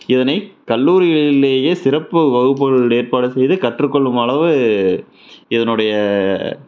இதனை கல்லூரிகளிலேயே சிறப்பு வகுப்புகள் ஏற்பாடு செய்து கற்றுக்கொள்ளும் அளவு இதனுடைய